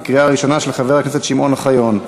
של חבר הכנסת שמעון אוחיון.